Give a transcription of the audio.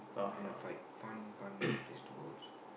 and a fight fun fun place to go also lah